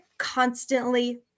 constantly